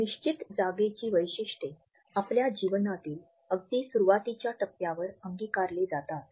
निश्चित जागेची वैशिष्ट्ये आपल्या जीवनातील अगदी सुरुवातीच्या टप्प्यावर अंगीकारले जातात